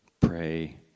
Pray